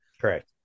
Correct